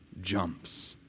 jumps